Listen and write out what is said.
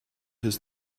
his